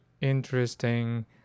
interesting